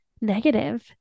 negative